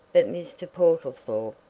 but mr. portlethorpe,